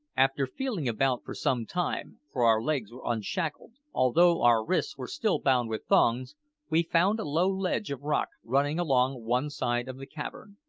after feeling about for some time for our legs were unshackled, although our wrists were still bound with thongs we found a low ledge of rock running along one side of the cavern.